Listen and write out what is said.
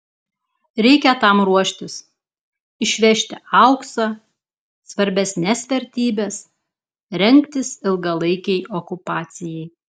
reikia tam ruoštis išvežti auksą svarbesnes vertybes rengtis ilgalaikei okupacijai